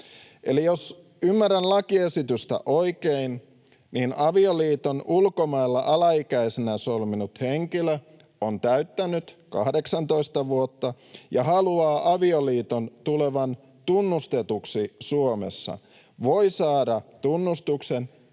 Eli jos ymmärrän lakiesitystä oikein, niin avioliiton ulkomailla alaikäisenä solminut henkilö, joka on täyttänyt 18 vuotta ja haluaa avioliiton tulevan tunnustetuksi Suomessa, voi saada tunnustuksen